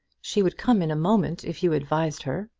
she would come in a moment, if you advised her.